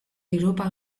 europa